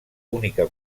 única